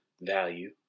value